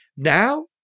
Now